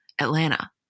Atlanta